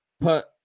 put